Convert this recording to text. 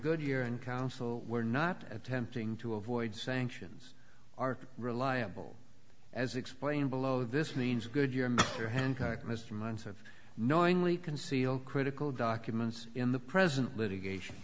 goodyear and counsel were not attempting to avoid sanctions are reliable as explained below this means goodyear your hancock mr months have knowingly concealed critical documents in the present litigation